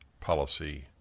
policy